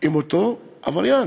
עם אותו עבריין.